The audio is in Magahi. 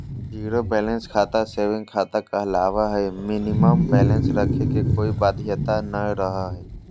जीरो बैलेंस खाता सेविंग खाता कहलावय हय मिनिमम बैलेंस रखे के कोय बाध्यता नय रहो हय